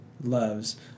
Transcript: loves